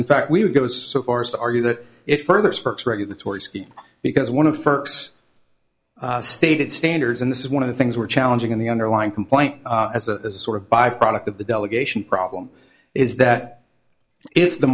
in fact we would go so far as to argue that it further sparks regulatory scheme because one of the first stated standards and this is one of the things we're challenging in the underlying complaint as a sort of byproduct of the delegation problem is that if the